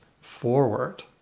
forward